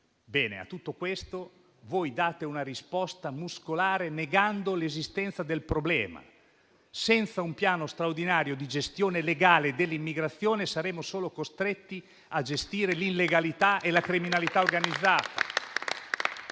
Bene, a tutto questo voi date una risposta muscolare, negando l'esistenza del problema. Senza un piano straordinario di gestione legale dell'immigrazione, saremo solo costretti a gestire l'illegalità e la criminalità organizzata.